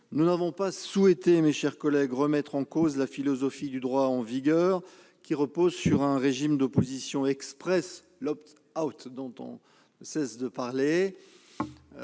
nous n'avions pas souhaité, mes chers collègues, remettre en cause la philosophie du droit en vigueur, qui repose sur un régime d'opposition expresse, l'. Même si cette décision